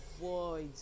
void